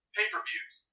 pay-per-views